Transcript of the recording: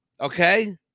Okay